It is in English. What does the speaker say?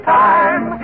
time